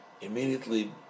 immediately